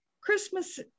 Christmas